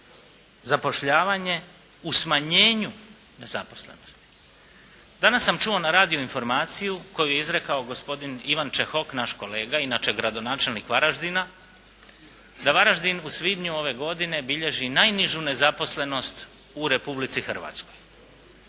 zapošljavanje u smanjenju nezaposlenosti. Danas sam čuo na radiju informaciju koju je izrekao gospodin Ivan Čehok naš kolega inače gradonačelnik Varaždina, da Varaždin u svibnju ove godine bilježi najnižu nezaposlenosti u Republici Hrvatskoj.